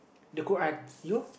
the cook act you